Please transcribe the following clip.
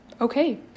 Okay